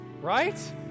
Right